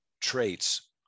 traits